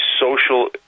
social